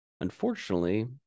unfortunately